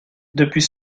depuis